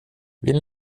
vill